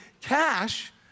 cash